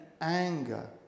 anger